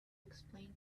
explain